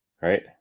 right